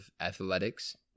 athletics